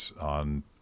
on